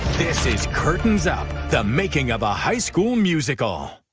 this is curtains up the making of a high school musical.